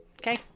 okay